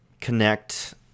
connect